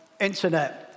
internet